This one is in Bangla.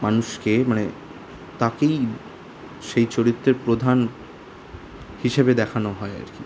মানুষকে মানে তাকেই সেই চরিত্রের প্রধান হিসেবে দেখানো হয় আর কি